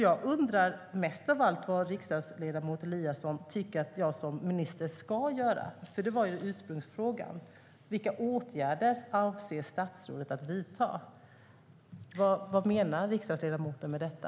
Jag undrar mest av allt vad riksdagsledamot Eliasson tycker att jag som minister ska göra. Det var ursprungsfrågan, nämligen: Vilka åtgärder avser statsrådet att vidta? Vad menar riksdagsledamoten med detta?